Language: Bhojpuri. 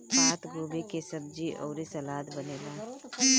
पातगोभी के सब्जी अउरी सलाद बनेला